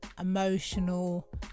emotional